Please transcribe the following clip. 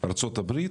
ארצות הברית,